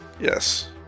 Yes